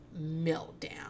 meltdown